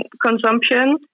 consumption